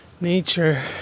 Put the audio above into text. nature